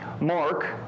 Mark